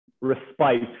respite